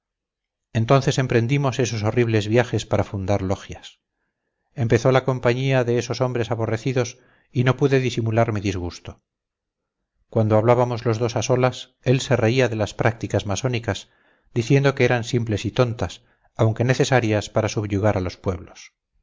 entonces emprendimos esos horribles viajes para fundar logias empezó la compañía de esos hombres aborrecidos y no pude disimular mi disgusto cuando hablábamos los dos a solas él se reía de las prácticas masónicas diciendo que eran simples y tontas aunque necesarias para subyugar a los pueblos